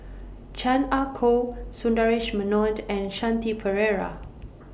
Chan Ah Kow Sundaresh Menon and Shanti Pereira